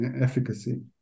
efficacy